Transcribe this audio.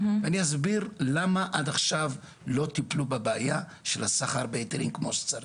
אני אסביר למה עד עכשיו לא טיפלו בבעיית הסחר בהיתרים כמו שצריך.